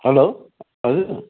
hello हजुर